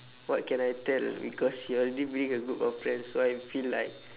what can I tell because you already bring a group of friends so I feel like